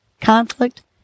conflict